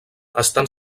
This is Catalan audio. estan